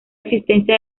existencia